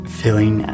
feeling